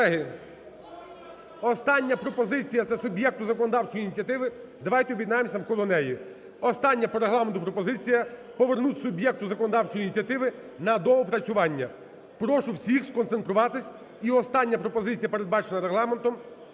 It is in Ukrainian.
остання пропозиція – це суб'єкту законодавчої ініціативи, давайте об'єднаємося навколо неї. Остання по Регламенту пропозиція – повернути суб'єкту законодавчої ініціативи на доопрацювання. Прошу всіх сконцентруватись і остання пропозиція передбачена Регламентом,